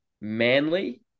Manly